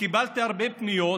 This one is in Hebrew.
קיבלתי הרבה פניות